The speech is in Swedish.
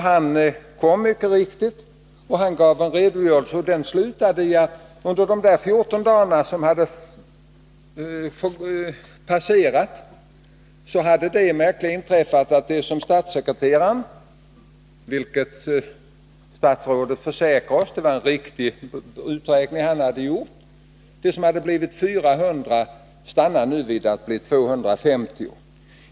Han kom mycket riktigt och gav en redogörelse, som slutade med att under de 14 dagar som hade passerat hade det märkliga inträffat, att 400 i statssekreterarens uträkning — som statsrådet då försäkrade var en riktig uträkning — nu hade stannat vid 250.